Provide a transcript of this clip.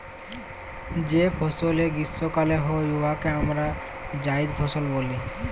যে ফসলে গীষ্মকালে হ্যয় উয়াকে আমরা জাইদ ফসল ব্যলি